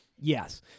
Yes